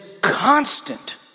constant